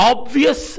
Obvious